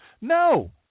no